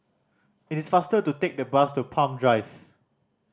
it is faster to take the bus to Palm Drive